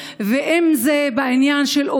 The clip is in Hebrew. אם זה בעניין של תשלום על הדיור ואם